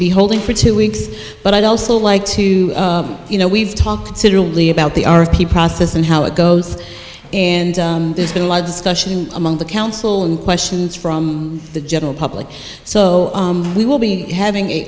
be holding for two weeks but i'd also like to you know we've talked about the r p process and how it goes and there's been a lot of discussion among the council in questions from the general public so we will be having a